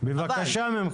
חבל.